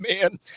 man